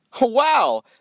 Wow